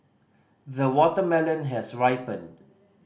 the watermelon has ripened